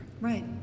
Right